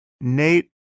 Nate